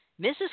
Mrs